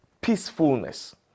peacefulness